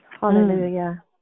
Hallelujah